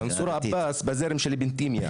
מנסור עבאס הוא בזרם של אבן תימיה,